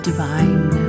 Divine